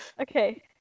Okay